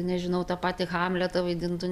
nežinau tą patį hamletą vaidintų